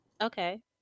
Okay